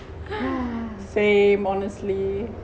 same honestly